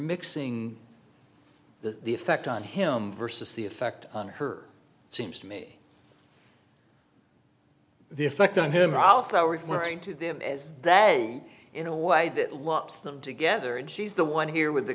mixing the effect on him versus the effect on her seems to me the effect on him are also referring to them as that in a way that lumps them together and she's the one here with the